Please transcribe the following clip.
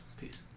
Peace